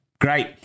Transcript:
great